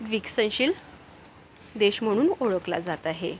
विकसनशील देश म्हणून ओळखला जात आहे